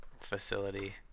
facility